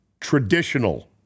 traditional